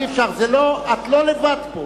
אי-אפשר, את לא לבד פה.